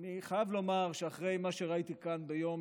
אני חייב לומר שאחרי מה שראיתי כאן ביום